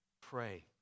pray